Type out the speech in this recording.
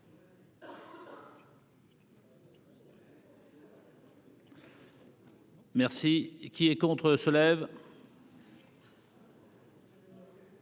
Merci qui est contre, se lève.